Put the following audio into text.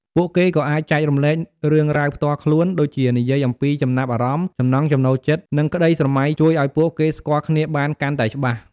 ពួកគេក៏អាចចែករំលែករឿងរ៉ាវផ្ទាល់ខ្លួន ដូចជានិយាយអំពីចំណាប់អារម្មណ៍ ចំណង់ចំណូលចិត្ត និងក្តីស្រមៃ ជួយឱ្យពួកគេស្គាល់គ្នាបានកាន់តែច្បាស់។